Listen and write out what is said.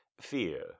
fear